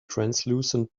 translucent